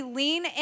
lean